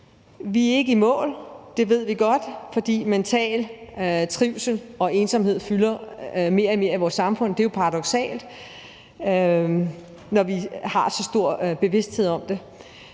Vi er ikke i mål – det ved vi godt – for mental trivsel og ensomhed fylder mere og mere i vores samfund, og det er jo paradoksalt, når vi har så stor en bevidsthed om det.